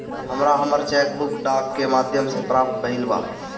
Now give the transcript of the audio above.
हमरा हमर cheque book डाक के माध्यम से प्राप्त भईल बा